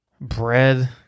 bread